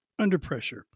underpressure